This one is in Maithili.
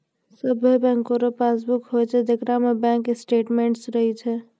सभे बैंको रो पासबुक होय छै जेकरा में बैंक स्टेटमेंट्स रहै छै